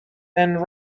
and